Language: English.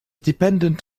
dependent